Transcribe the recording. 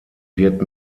wird